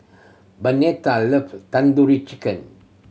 Bernetta love Tandoori Chicken